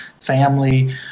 family